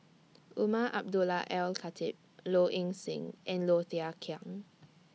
Umar Abdullah Al Khatib Low Ing Sing and Low Thia Khiang